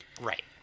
Right